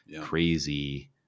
crazy